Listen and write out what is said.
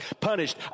Punished